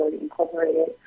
Incorporated